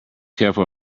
careful